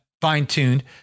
fine-tuned